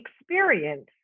experience